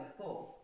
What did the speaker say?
four